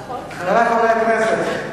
חברי חברי הכנסת,